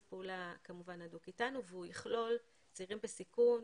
פעולה כמובן הדוק איתנו והוא יכלול צעירים בסיכון,